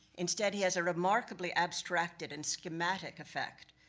instead, he has a remarkably abstracted and schematic effect,